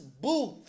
booth